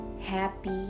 happy